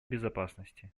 безопасности